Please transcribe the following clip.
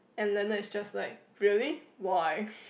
and Leonard is just like really why